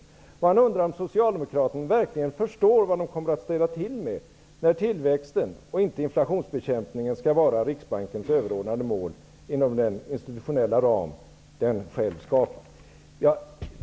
Willy Bergström undrar om Socialdemokraterna verkligen förstår vad de kommer att ställa till med, när tillväxten och inte inflationsbekämpningen skall vara Riksbankens överordnade mål inom den institutionella ram den själv skapar.